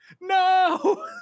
no